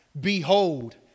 Behold